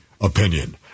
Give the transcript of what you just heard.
opinion